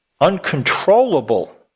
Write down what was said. uncontrollable